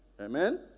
Amen